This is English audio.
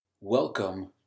Welcome